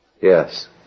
Yes